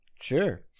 Sure